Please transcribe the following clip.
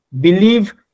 believe